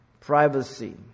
privacy